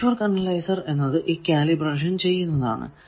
network analyser എന്നത് ഈ calibration ചെയ്യുന്നതാണ്